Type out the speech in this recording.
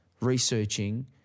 researching